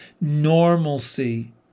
normalcy